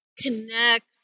connect